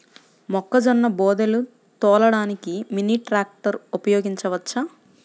మొక్కజొన్న బోదెలు తోలడానికి మినీ ట్రాక్టర్ ఉపయోగించవచ్చా?